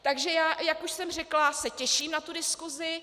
Takže já, jak už jsem řekla, se těším na tu diskusi.